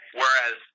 whereas